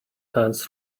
hands